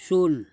ଶୂନ